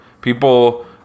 people